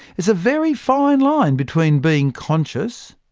it's a very fine line between being conscious,